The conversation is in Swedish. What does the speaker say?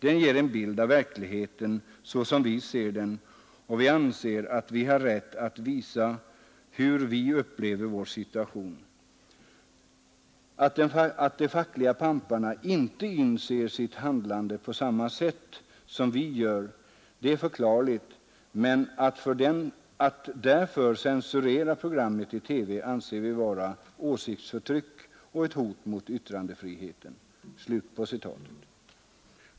Den ger en bild av verkligheten såsom vi ser den, och vi anser att vi har rätt att visa hur vi upplever vår situation. Att de fackliga pamparna inte inser sitt handlande på samma sätt som vi gör, det är förklarligt, men att därför censurera programmet i TV anser vi vara åsiktsförtryck och ett hot mot yttrandefriheten.